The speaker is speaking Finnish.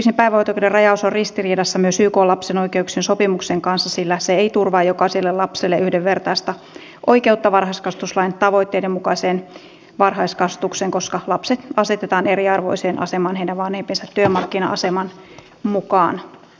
subjektiivisen päivähoito oikeuden rajaus on ristiriidassa myös ykn lapsen oikeuksien sopimuksen kanssa sillä se ei turvaa jokaiselle lapselle yhdenvertaista oikeutta varhaiskasvatuslain tavoitteiden mukaiseen varhaiskasvatukseen koska lapset asetetaan eriarvoiseen asemaan heidän vanhempiensa työmarkkina aseman mukaan